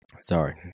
Sorry